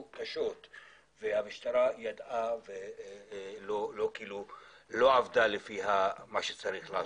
והמשטרה ידעה ולא עבדה לפי מה שצריך לעשות.